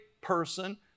person